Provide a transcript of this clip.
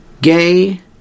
gay